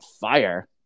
fire